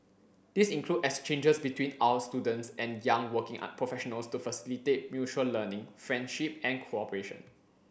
these include exchanges between our students and young working professionals to facilitate mutual learning friendship and cooperation